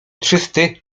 czysty